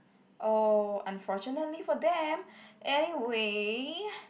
oh unfortunately for them anyway